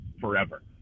forever